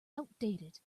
outdated